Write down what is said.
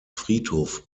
friedhof